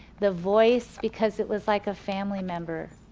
the voice because it was like a family member,